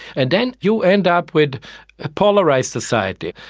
and then you end up with a polarised society.